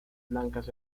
blancas